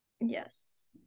Yes